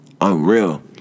unreal